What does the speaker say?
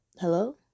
Hello